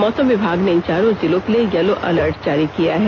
मौसम विभाग ने इन चारों जिलों के लिए यलो अलर्ट जारी किया है